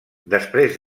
després